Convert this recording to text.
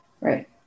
right